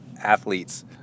athletes